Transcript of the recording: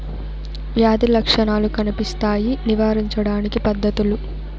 వ్యాధి లక్షణాలు కనిపిస్తాయి నివారించడానికి పద్ధతులు?